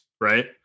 right